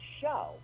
show